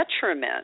detriment